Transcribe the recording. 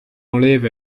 enlève